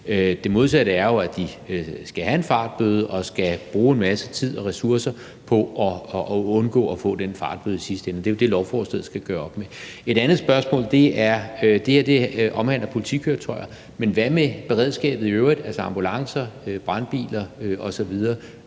det modsatte er jo, at de skal have en fartbøde og skal bruge en masse tid og ressourcer på at undgå at få den fartbøde i sidste ende. Det er jo det, lovforslaget skal gøre op med. Et spørgsmål omhandler politikøretøjer, men hvad med beredskabet i øvrigt, altså ambulancer, brandbiler osv.